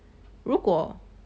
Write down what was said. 如果